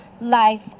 life